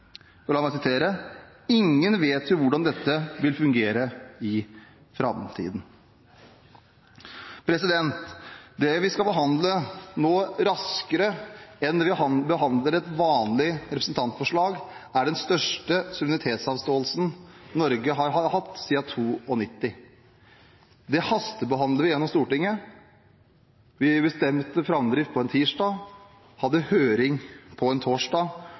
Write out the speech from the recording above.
vet jo hvordan dette vil fungere i fremtiden». Det vi skal behandle raskere enn vi behandler et vanlig representantforslag, er den største suverenitetsavståelsen Norge har hatt siden 1992. Det hastebehandler vi igjennom i Stortinget. Vi bestemte framdrift på en tirsdag, hadde høring på en torsdag,